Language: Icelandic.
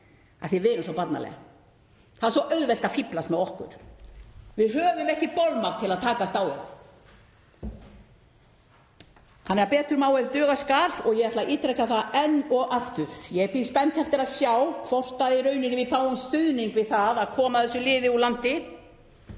að við erum svo barnaleg, það er svo auðvelt að fíflast með okkur, við höfum ekki bolmagn til að takast á við það. Betur má ef duga skal. Ég ætla að ítreka það enn og aftur að ég bíð spennt eftir að sjá hvort við fáum stuðning við það að koma þessu liði úr landi